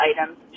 items